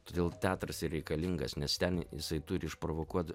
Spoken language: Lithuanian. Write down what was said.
todėl teatras ir reikalingas nes ten jisai turi išprovokuot